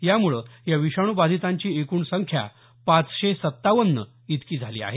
यामुळे या विषाणू बांधितांची एकूण संख्या पाचशे सत्तावन्न इतकी झाली आहे